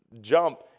jump